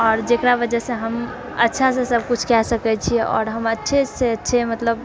आओर जेकरा वजहसँ हम अच्छासँ सभकिछु कए सकै छियै आओर हम अच्छासँ अच्छा मतलब